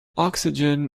oxygen